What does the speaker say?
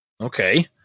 Okay